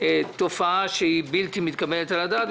תופעה שהיא בלתי מתקבלת על הדעת.